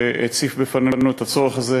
שהציף בפנינו את הצורך הזה,